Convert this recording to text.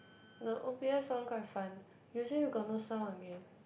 the O_B_S one quite fun you got no sound again